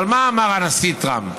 אבל מה אמר הנשיא טראמפ?